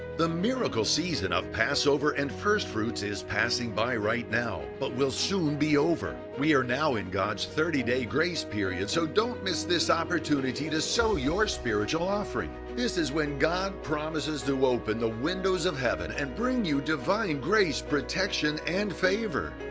the miracle season of passover and first fruits is passing by right now but will soon be over. we are now in god's thirty day grace period. so don't miss this opportunity to sow your spiritual offering. this is when god promises to open the windows of heaven and bring you divine grace, protection and favor.